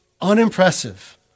unimpressive